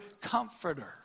comforter